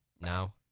now